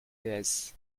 l’ats